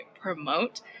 promote